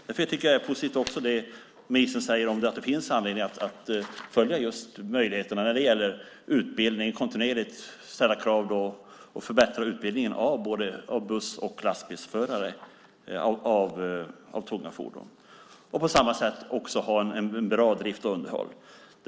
Därför tycker jag också att det är positivt att ministern säger att det finns anledning att följa möjligheterna när det gäller utbildning och kontinuerligt ställa krav och förbättra utbildningen av buss och lastbilsförare som kör tunga fordon. På samma sätt måste vi också ha bra drift och underhåll.